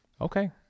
Okay